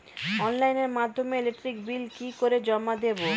অনলাইনের মাধ্যমে electric bill কি করে জমা দেবো?